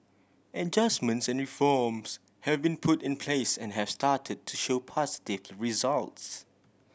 adjustments and reforms have been put in place and have started to show positive results